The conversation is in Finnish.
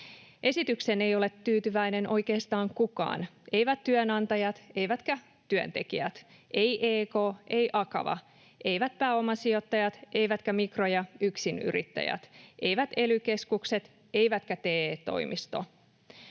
Esitykseen ei ole tyytyväinen oikeastaan kukaan: eivät työnantajat, eivätkä työntekijät; ei EK, ei Akava; eivät pääomasijoittajat, eivätkä mikro- ja yksinyrittäjät; eivät ely-keskukset, eikä TE-toimisto.